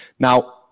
Now